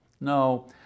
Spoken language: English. No